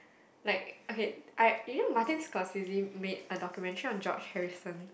like okay I you know Martin-Scorsese made a documentation on George-Harrison